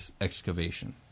excavation